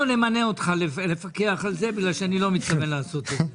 אנחנו נמנה אותך לפקח על זה כי אני לא מתכוון לעשות את זה.